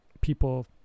people